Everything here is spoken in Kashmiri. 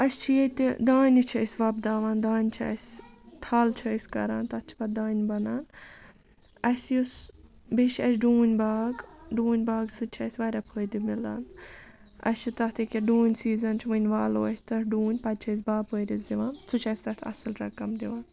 اَسہِ چھِ ییٚتہِ دانہِ چھِ أسۍ وۄپداوان دانہِ چھِ اَسہِ تھَل چھُ أسۍ کَران تَتھ چھِ پَتہٕ دانہِ بنان اَسہِ یُس بیٚیہِ چھِ اَسہِ ڈوٗن باغ ڈوٗن باغ سۭتۍ چھِ اَسہِ واریاہ فٲیدٕ مِلان اَسہِ چھُ تَتھ أکیٛاہ ڈوٗنۍ سیٖزَن چھُ وٕنۍ والو أسۍ تتھ ڈوٗنۍ پَتہٕ چھِ أسۍ باپٲرِس دوِان سُہ چھِ اَسہِ تَتھ اَصٕل رقم دِوان